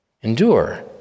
endure